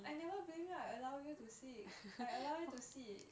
I never blame you I allow you to sit I allow you to sit